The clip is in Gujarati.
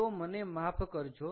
તો મને માફ કરજો